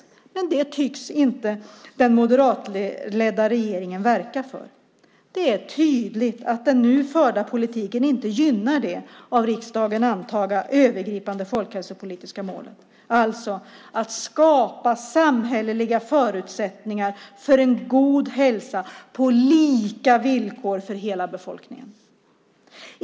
Detta tycks dock inte den moderatledda regeringen verka för. Det är tydligt att den nu förda politiken inte gynnar det av riksdagen antagna övergripande folkhälsopolitiska målet, det vill säga att skapa samhälleliga förutsättningar för en god hälsa på lika villkor för hela befolkningen.